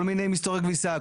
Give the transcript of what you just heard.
כל מיני מסתורי כביסה,